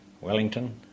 Wellington